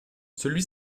celui